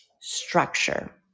structure